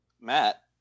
Matt